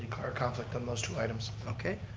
conflict on those two items. okay,